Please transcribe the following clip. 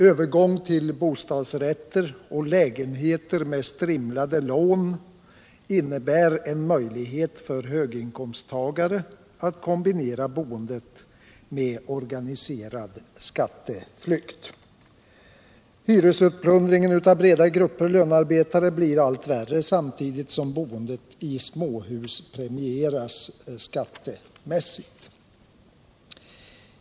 Övergång till bostadsrätter och lägenheter med strimlade lån innebär en möjlighet för höginkomsttagare att kombinera boendet med organiserad skatteflykt. Hyresutplundringen av breda grupper lönearbetare blir allt värre samtidigt som boendet i småhus premieras skattemässigt.